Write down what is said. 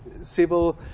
civil